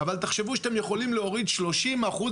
אבל תחשבו שאתם יכולים להוריד 30 אחוז